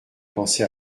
pensé